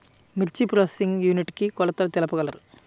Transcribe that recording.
మిర్చి processing unit కి కొలతలు తెలుపగలరు?